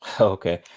okay